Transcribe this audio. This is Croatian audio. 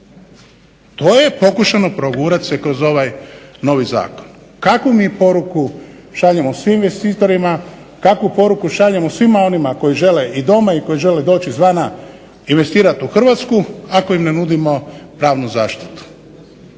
To je pokušalo progurat se kroz ovaj novi zakon. Kakvu mi poruku šaljemo svim investitorima, kakvu poruku šaljemo svima onima koji žele i doma i koji žele doći izvana investirat u Hrvatsku ako im ne nudimo pravnu zaštitu.